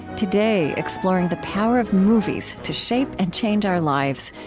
today, exploring the power of movies to shape and change our lives,